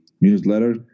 newsletter